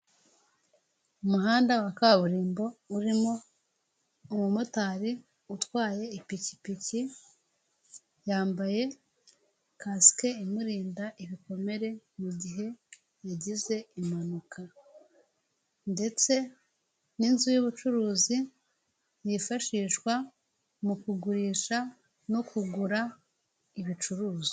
Umuhanda wa kaburimbo urimo umumotari utwaye ipikipiki yambaye kasike imurinda ibikomere mu gihe yagize impanuka, ndetse n'inzu y'ubucuruzi yifashishwa mu kugurisha no kugura ibicuruzwa.